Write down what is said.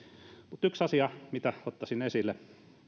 yksi asia minkä ottaisin esille